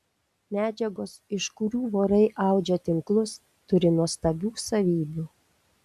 medžiagos iš kurių vorai audžia tinklus turi nuostabių savybių